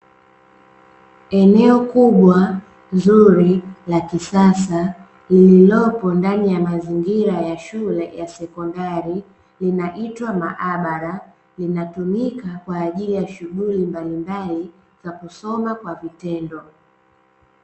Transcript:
Eneo kubwa zuri la kisasa lililopo ndani ya mazingira ya shule ya sekondari linaitwa maabara linatumika kwa ajili ya shughuli mbalimbali ya kusoma kwa vitendo.